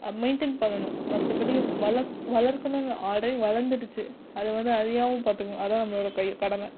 maintain பண்ணணும் மற்றபடி வளக் வளர்க்கணும் ஆல் ரெடி வளர்ந்துடுச்சி அதை வந்து அழியாமல் பார்த்துக்குணும் அதான் நம்மளோடய கடமை